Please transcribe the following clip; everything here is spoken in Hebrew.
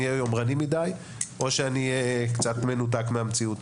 יומרני מידי או קצת מנותק מהמציאות.